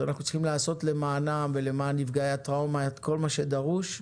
אנחנו צריכים לעשות למענם ולמען נפגעי הטראומה את כל מה שדרוש,